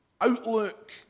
Outlook